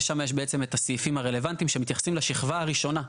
ושם יש בעצם את הסעיפים הרלוונטיים שמתייחסים לשכבה הראשונה,